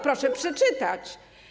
Proszę przeczytać.